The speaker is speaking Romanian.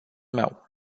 meu